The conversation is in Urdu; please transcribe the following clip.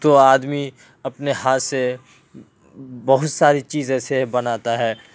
تو آدمی اپنے ہاتھ سے بہت ساری چیز ایسے ہی بناتا ہے